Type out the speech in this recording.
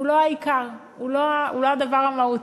הוא לא העיקר, הוא לא הדבר המהותי.